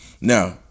Now